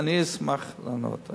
אני אשמח לענות.